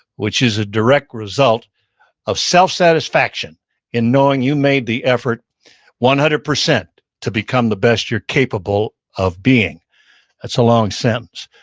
which is a direct result of self-satisfaction in knowing you made the effort one hundred percent to become the best you're capable of being that's a long sentence.